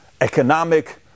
Economic